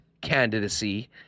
candidacy